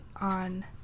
on